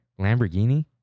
Lamborghini